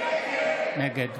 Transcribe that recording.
נגד